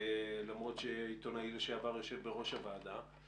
למרות שעיתונאי לשעבר יושב בראש הוועדה.